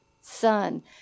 Son